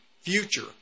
future